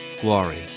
glory